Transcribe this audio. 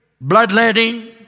bloodletting